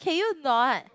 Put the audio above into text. can you not